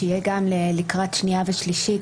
שיהיה גם לקראת הקריאה השנייה והקריאה השלישית,